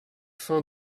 fin